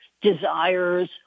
desires